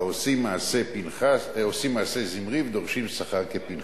העושים מעשה זמרי ודורשים שכר כפנחס.